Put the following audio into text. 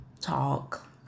talk